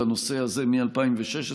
את הנושא הזה מ-2016,